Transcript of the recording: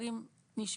הדברים נשמעו.